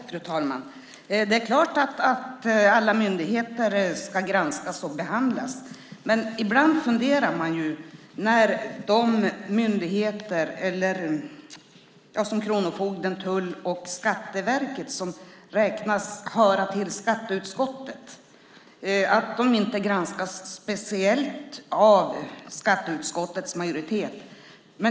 Fru talman! Det är klart att alla myndigheter ska granskas. Men ibland funderar man när myndigheter som kronofogden, tull och Skatteverket som räknas höra till skatteutskottet inte granskas speciellt av skatteutskottets majoritet.